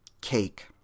cake